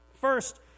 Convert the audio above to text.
First